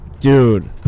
Dude